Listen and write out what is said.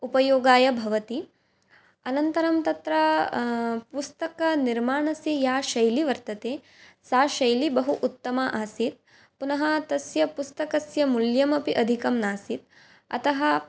उपयोगाय भवति अनन्तरं तत्र पुस्तकनिर्माणस्य या शैली वर्तते सा शैली बहु उत्तमा आसीत् पुनः तस्य पुस्तकस्य मूल्यमपि अधिकं नासीत् अतः